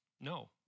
No